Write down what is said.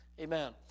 amen